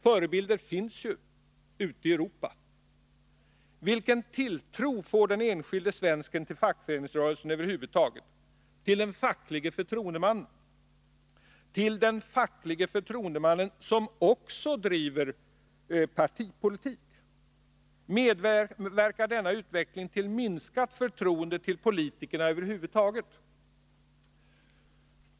Förebilder finns ju ute i Europa. Vilken tilltro får den enskilde svensken till fackföreningsrörelser över huvud taget, till den facklige förtroendemannen, ja, till den facklige förtroendeman som också driver partipolitik? Medverkar denna utveckling till ett minskat förtroende för politikerna över huvud taget?